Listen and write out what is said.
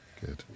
good